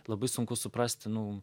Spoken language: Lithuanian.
labai sunku suprast nu